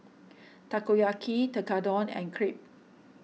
Takoyaki Tekkadon and Crepe